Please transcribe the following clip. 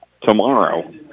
tomorrow